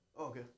okay